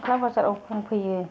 खुंख्रा बाजाराव फानफैयो